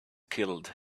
killed